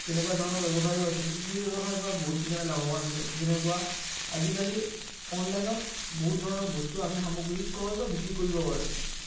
তেনেকুৱা ধৰণৰ ব্যৱসায়ো আছিল সেই ব্যৱসায়ৰ পৰা বহুত কেইজনে লাভৱান আছে যেনেকুৱা আজিকালি অনলাইনত বহুত ধৰণৰ বস্তু আমি সামগ্ৰী ক্ৰয় বা বিক্ৰী কৰিব পাৰোঁ